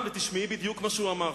ותשמעי בדיוק מה שהוא אמר.